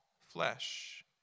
flesh